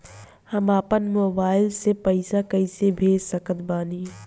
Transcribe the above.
हम अपना मोबाइल से पैसा कैसे भेज सकत बानी?